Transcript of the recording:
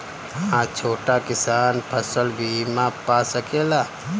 हा छोटा किसान फसल बीमा पा सकेला?